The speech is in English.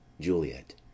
JULIET